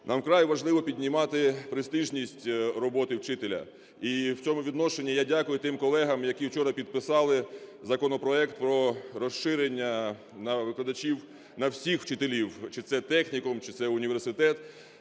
Нам вкрай важливо піднімати престижність роботи вчителя. І в цьому відношенні я дякую тим колегам, які вчора підписали законопроект про розширення на викладачів, на всіх вчителів: чи це технікум, чи це університет